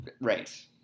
Right